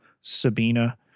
Sabina